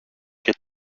και